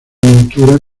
montura